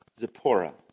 Zipporah